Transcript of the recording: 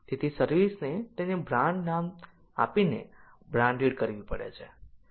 તેથી સર્વિસને તેને બ્રાન્ડ નામ આપીને બ્રાન્ડેડ કરવી પડે છે